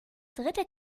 dritte